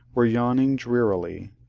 were yawning drearily.